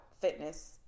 fitness